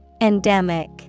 Endemic